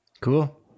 Cool